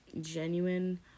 genuine